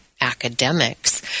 academics